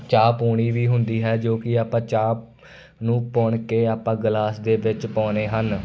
ਚਾਹ ਪੁਣਨੀ ਵੀ ਹੁੰਦੀ ਹੈ ਜੋ ਕਿ ਆਪਾਂ ਚਾਹ ਨੂੰ ਪੁਣ ਕੇ ਆਪਾਂ ਗਲਾਸ ਦੇ ਵਿੱਚ ਪਾਉਂਦੇ ਹਨ